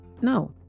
No